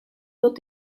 wird